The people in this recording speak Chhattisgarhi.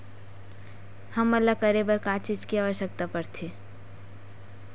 हमन ला करे बर का चीज के आवश्कता परथे?